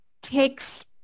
takes